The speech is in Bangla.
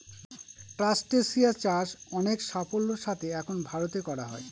ট্রাস্টেসিয়া চাষ অনেক সাফল্যের সাথে এখন ভারতে করা হয়